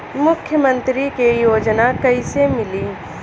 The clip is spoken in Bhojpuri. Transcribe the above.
मुख्यमंत्री के योजना कइसे मिली?